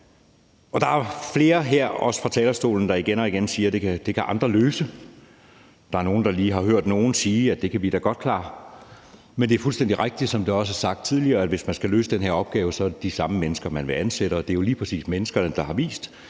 Der er også flere her fra talerstolen, der igen og igen siger, at det kan andre løse. Der er nogle, der lige har hørt nogen sige, at det kan vi da godt klare. Men det er fuldstændig rigtigt, som det også blev sagt tidligere, at hvis man skal løse den her opgave, så er det de samme mennesker, man vil ansætte, og det er jo lige præcis der, hvor der har vist